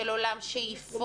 של עולם שאיפות,